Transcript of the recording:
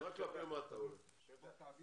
נדבר